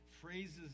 phrases